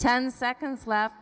ten seconds left